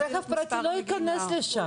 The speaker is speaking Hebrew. רכב פרטי לא ייכנס לשם.